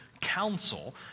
council